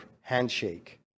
handshake